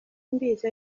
mbizi